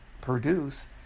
produce